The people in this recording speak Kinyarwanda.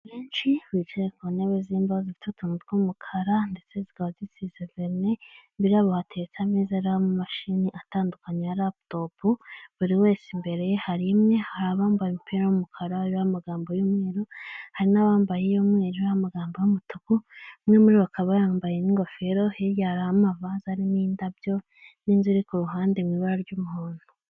Abantu benshi bicaye ku ntebe z'imbaho zifite utuntu tw'umukara ndetse zikaba zisize verine, imbere yabo hateretse ameza ariho amamashini atandukanye ya laputopu buri wese imbere ye hari imwe, hari abambaye imipira y'umukara iriho amagambo y'umweru, hari n'abambaye iy'umweru iriho amagambo y'umutuku umwe muribo akaba yambaye n'ingofero ,hirya hariho amavaze arimo indabyo n'inzu iri ku ruhande mu ibara ry'umuhondo.